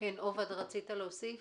בבקשה.